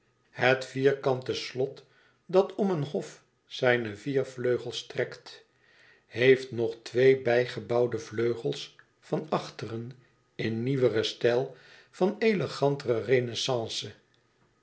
het vierkante slot dat om een hof zijne vier muren trekt heeft nog twee bijgebouwde vleugels van achteren in nieuweren stijl van elegantere